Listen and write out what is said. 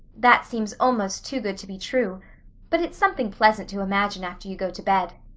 that seems almost too good to be true but it's something pleasant to imagine after you go to bed.